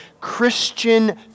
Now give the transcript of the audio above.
Christian